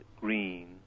Green